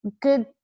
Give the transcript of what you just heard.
good